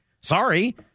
Sorry